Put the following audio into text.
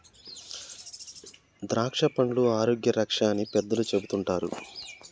ద్రాక్షపండ్లు ఆరోగ్య రక్ష అని పెద్దలు చెపుతుంటారు